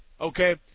Okay